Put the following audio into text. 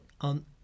on